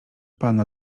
pana